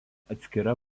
atskira